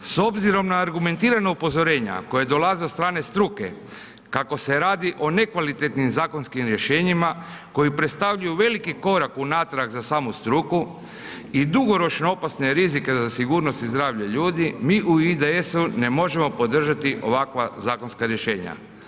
S obzirom na argumentirana upozorenja koja dolaze od strane struke kako se radi o nekvalitetnim zakonskim rješenjima koji predstavljaju veliki korak unatrag za samu struku i dugoročno opasne rizike za sigurnost i zdravlje ljudi, mi u IDS-u ne možemo podržati ovakva zakonska rješenja.